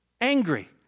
angry